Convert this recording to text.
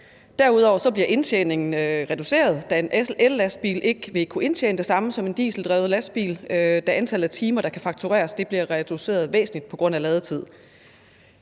Derudover bliver indtjeningen reduceret, da en ellastbil ikke vil kunne indtjene det samme som en dieseldrevet lastbil, da antallet af timer, der kan faktureres, bliver reduceret væsentligt på grund af ladetid.